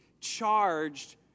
charged